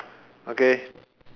okay